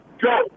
go